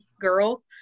girl